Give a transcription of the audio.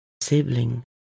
sibling